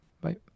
bye